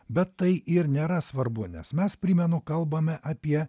bet tai ir nėra svarbu nes mes primenu kalbame apie